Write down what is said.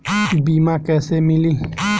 बीमा कैसे मिली?